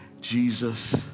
Jesus